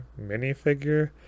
minifigure